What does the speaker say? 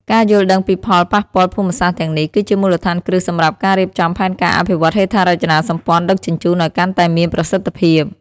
ការយល់ដឹងពីផលប៉ះពាល់ភូមិសាស្ត្រទាំងនេះ គឺជាមូលដ្ឋានគ្រឹះសម្រាប់ការរៀបចំផែនការអភិវឌ្ឍន៍ហេដ្ឋារចនាសម្ព័ន្ធដឹកជញ្ជូនឱ្យកាន់តែមានប្រសិទ្ធភាព។